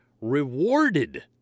rewarded